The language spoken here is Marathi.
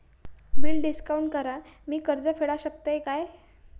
बिल डिस्काउंट करान मी कर्ज फेडा शकताय काय?